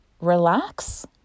relax